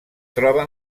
troba